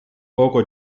poco